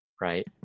right